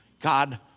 God